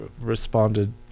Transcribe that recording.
responded